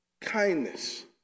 kindness